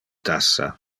tassa